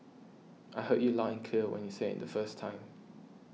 I heard you loud and clear when you said it in the first time